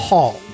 Hall